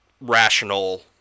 rational